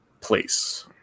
place